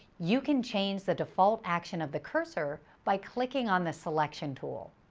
you can change the default action of the cursor by clicking on the selection tool.